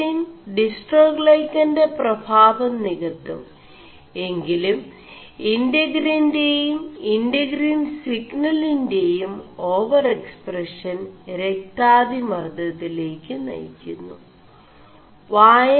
ഇൻ4ഗീൻ ഡിസ്േ4ടാൈø െ 4പഭാവം നികøും എ ിലും ഇൻ4ഗീൻെയും ഇൻ4ഗീൻ സിPലിംെയും ഓവർ എക്സ്4പഷൻ ര ാതിമർÇ øിേല ് hypertension നയി ുMു